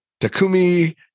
takumi